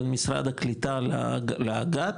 בין משרד הקליטה לאג"ת,